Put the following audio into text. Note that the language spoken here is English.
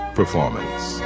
performance